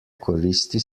koristi